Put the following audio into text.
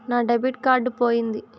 నా debit card పోయింది